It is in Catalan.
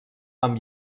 amb